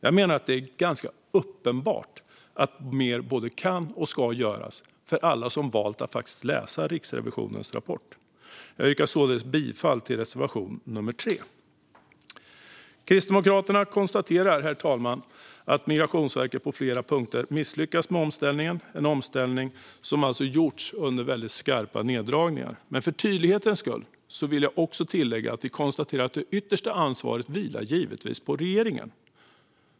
Jag menar att det är ganska uppenbart, för alla som valt att läsa Riksrevisionens rapport, att mer både kan och ska göras. Jag yrkar således bifall till reservation nummer 3. Kristdemokraterna konstaterar, herr talman, att Migrationsverket på flera punkter misslyckats med omställningen. Det är en omställning som har gjorts under väldigt skarpa neddragningar. Men för tydlighetens skull vill jag också tillägga att vi konstaterar att det yttersta ansvaret givetvis vilar på regeringen.